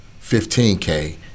15K